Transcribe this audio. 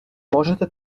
можете